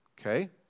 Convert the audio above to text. Okay